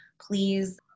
please